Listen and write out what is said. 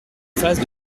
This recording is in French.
phase